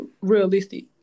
realistic